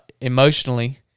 emotionally